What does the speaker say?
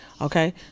Okay